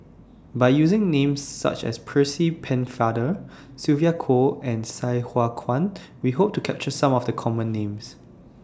By using Names such as Percy Pennefather Sylvia Kho and Sai Hua Kuan We Hope to capture Some of The Common Names